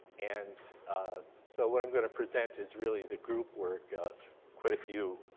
and so what i'm going to present is really the group work of quite a few